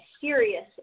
serious